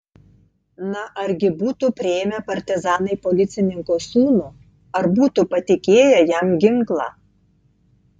na argi būtų priėmę partizanai policininko sūnų ar būtų patikėję jam ginklą